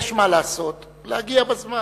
יש מה לעשות, להגיע בזמן.